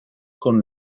con